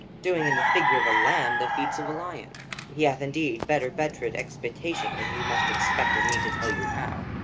doing in the figure of a lamb the feats of a lion he hath indeed better bettered expectation than you must expect of me to tell you how.